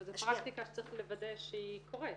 אבל זו פרקטיקה שצריך לוודא שהיא קורית.